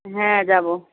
হ্যাঁ যাবো